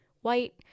white